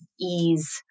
ease